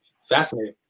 fascinating